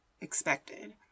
expected